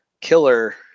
killer